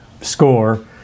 score